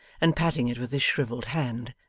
and patting it with his shrivelled hand.